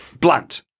blunt